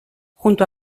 junto